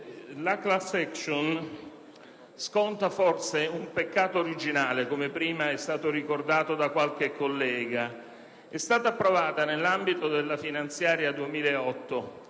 La *class action* sconta forse un peccato originale, come prima ha ricordato qualche collega; è stata approvata nell'ambito della finanziaria 2008,